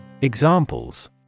Examples